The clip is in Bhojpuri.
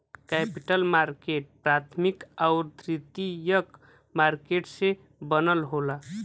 कैपिटल मार्केट प्राथमिक आउर द्वितीयक मार्केट से बनल होला